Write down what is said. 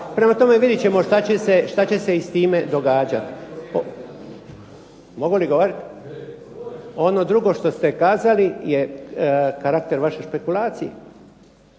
Prema tome vidjet ćemo šta će se i s time događati. Mogu li govoriti? Ono drugo što ste kazali je karakter vaše špekulacije,